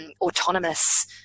autonomous